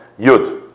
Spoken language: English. Yud